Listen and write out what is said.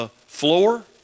floor